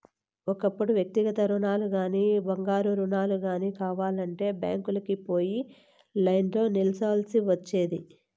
ఒకప్పుడు వ్యక్తిగత రుణాలుగానీ, బంగారు రుణాలు గానీ కావాలంటే బ్యాంకీలకి పోయి లైన్లో నిల్చోవల్సి ఒచ్చేది